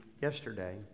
yesterday